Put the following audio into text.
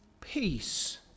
peace